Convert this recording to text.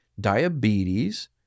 diabetes